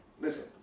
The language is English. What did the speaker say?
Listen